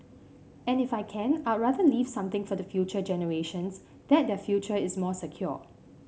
and if I can I'd rather leave something for the future generations that their future is more secure